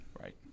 Right